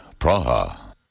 Praha